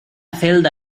celda